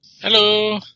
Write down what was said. Hello